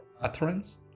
utterance